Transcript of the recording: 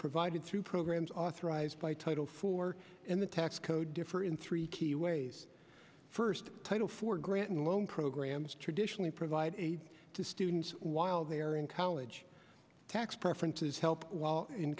provided through programs authorized by title four and the tax code differ in three key ways first title for granting a loan programs traditionally provide aid to students while they're in college tax preferences help while in